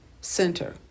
center